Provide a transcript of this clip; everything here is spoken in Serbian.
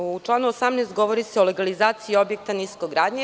U članu 18. se govori o legalizaciji objekata niskogradnje.